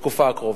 בתקופה הקרובה.